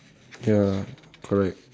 ya correct